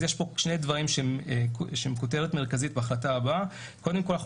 אז יש פה שני דברים שהם כותרת מרכזית בהחלטה הבאה: קודם כל אנחנו